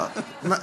שאפו.